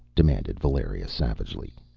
demanded valeria savagely.